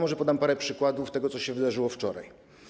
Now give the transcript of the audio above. Może podam parę przykładów tego, co wydarzyło się wczoraj.